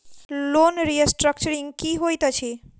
Loan restructuring की होइत अछि?